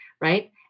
right